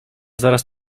zaraz